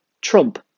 Trump